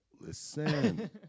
Listen